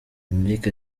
enric